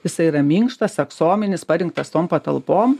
jisai yra minkštas aksominis parinktas tom patalpom